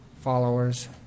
followers